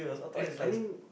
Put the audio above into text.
act~ I mean